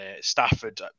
Stafford